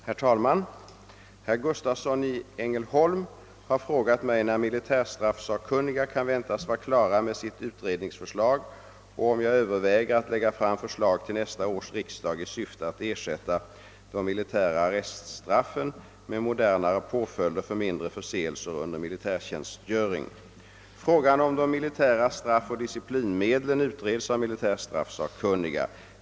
Herr talman! Herr Gustavsson i Ängelholm har frågat mig, när militärstraffsakkunniga kan väntas vara klara med sitt utredningsuppdrag och om jag överväger att lägga fram förslag till nästa års riksdag i syfte att ersätta de militära arreststraffen med modernare påföljder för mindre förseelser under militärtjänstgöring. Frågan om de militära straffoch disciplinmedlen utreds av militärstraffsakkunniga.